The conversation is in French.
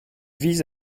vise